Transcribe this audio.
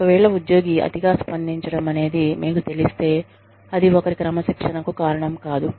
ఒకవేళ ఉద్యోగి అతిగా స్పందించడం అనేది మీకు తెలిస్తే అది ఒకరి క్రమశిక్షణకు కారణం కాదు